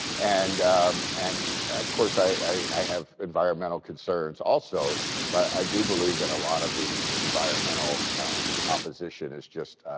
and um and of course, i i have environmental concerns also but i do believe that a lot of the environmental opposition is just